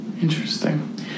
Interesting